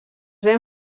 ven